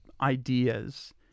ideas